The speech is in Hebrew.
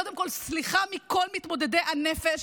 קודם כול, סליחה מכל מתמודדי הנפש,